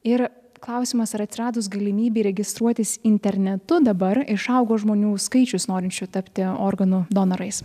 ir klausimas ar atsiradus galimybei registruotis internetu dabar išaugo žmonių skaičius norinčių tapti organų donorais